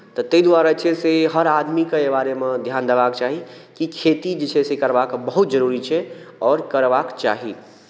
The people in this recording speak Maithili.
तऽ ताहि द्वारे छै से हर आदमीके ई बारेमे ध्यान देबाक चाही कि खेती जे छै से करबाक बहुत जरूरी छै आओर करबाक चाही